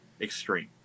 extreme